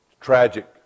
Tragic